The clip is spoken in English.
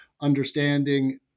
understanding